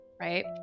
right